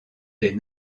des